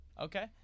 Okay